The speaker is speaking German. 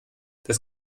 das